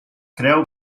creu